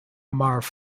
marv